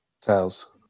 Tails